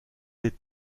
aide